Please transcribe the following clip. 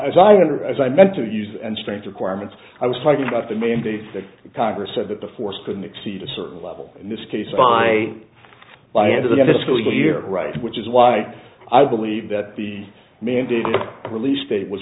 meant to use and strength requirements i was talking about the mandates that congress said that the force couldn't exceed a certain level in this case by by end of the fiscal year right which is why i believe that the mandated release date was